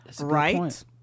Right